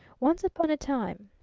once upon a time